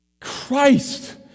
Christ